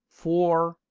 for,